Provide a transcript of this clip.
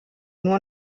nur